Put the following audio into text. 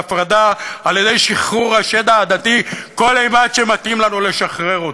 הפרדה על-ידי שחרור השד העדתי כל אימת שמתאים לנו לשחרר אותו.